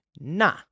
Nah